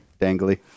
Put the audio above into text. dangly